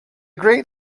great